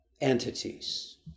entities